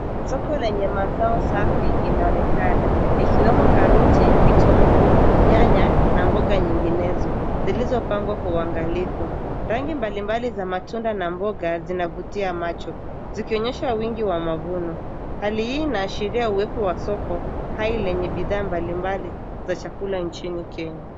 Soko la mazao safi inaonekana ikiwemo karoti, kitunguu, nyanya na mboga nyinginezo zilizopangwa kwa uangalifu. Rangi mbalimbali za matunda na mboga zinavutia macho zikionyeshwa wingi wa mavuno. Hali hii inaashiria uwepo wa soko hai lenye bidhaa mbalimbali za chakula nchini Kenya.